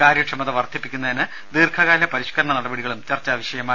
കാര്യക്ഷമത വർധിപ്പിക്കുന്നതിന് ദീർഘകാല പരിഷ്കരണ നടപടികളും ചർച്ചാ വിഷയമായി